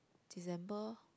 December